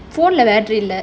phone lah battery இல்ல:illa